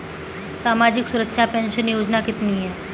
सामाजिक सुरक्षा पेंशन योजना कितनी हैं?